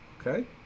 okay